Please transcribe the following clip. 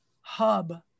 hub